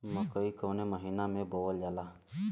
मकई कवने महीना में बोवल जाला?